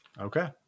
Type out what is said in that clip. Okay